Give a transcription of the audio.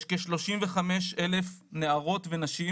יש כ-35,000 נערות ונשים